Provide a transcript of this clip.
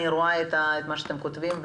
אני רואה את מה שאתם כותבים,